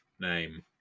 name